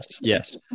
Yes